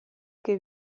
che